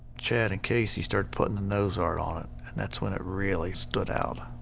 chad and casey started putting the nose art on it, and that's when it really stood out.